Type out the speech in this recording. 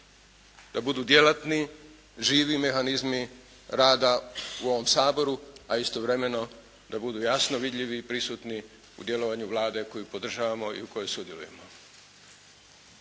da budu djelatni živi mehanizmi rada u ovom Saboru a istovremeno da budu jasno vidljivi i prisutni u djelovanju Vlade koju podržavamo i u kojoj sudjelujemo.